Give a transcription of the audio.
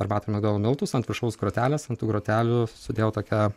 arbatą migdolų miltus ant viršaus grotelės ant tų grotelių sudėjau tokią